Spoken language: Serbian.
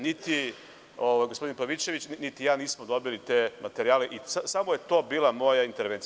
Niti gospodin Pavićević, niti ja nismo dobili te materijale i samo je to bila moja intervencija.